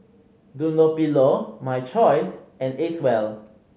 Dunlopillo My Choice and Acwell